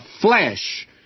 flesh